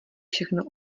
všechno